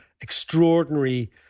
extraordinary